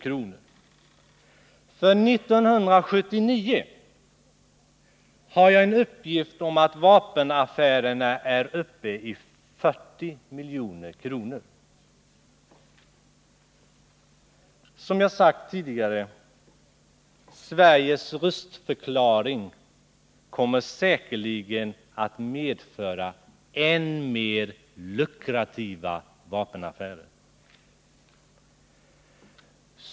För 1979 har jag en uppgift om att vapenaffärerna är uppe i 40 milj.kr. Som jag sagt tidigare: Sveriges röstförklaring kommer säkerligen att medföra än mer lukrativa vapenaffärer.